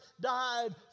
died